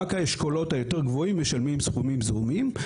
רק האשכולות היותר גבוהים משלמים סכומים זעומים,